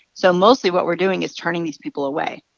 so mostly, what we're doing is turning these people away.